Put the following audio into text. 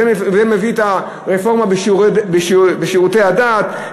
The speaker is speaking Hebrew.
זה מביא את הרפורמה בשירותי הדת,